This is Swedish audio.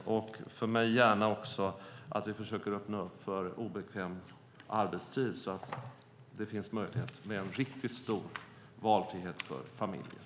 Dessutom vill jag gärna att vi försöker öppna för obekväm arbetstid så att det finns möjligheter till riktigt stor valfrihet för familjerna.